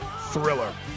Thriller